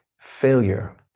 Failure